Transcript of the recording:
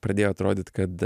pradėjo atrodyt kad